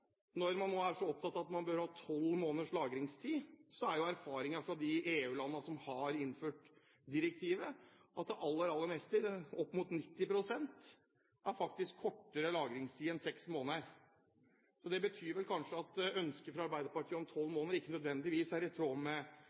Når man nå er så opptatt av at man bør ha tolv måneders lagringstid, synes jeg også det er viktig å ha med seg at erfaringene fra de EU-landene som har innført direktivet, er at det aller, aller meste – opp mot 90 pst. – faktisk har kortere lagringstid enn seks måneder. Det betyr vel kanskje at ønsket fra Arbeiderpartiet om tolv måneder ikke nødvendigvis er i tråd med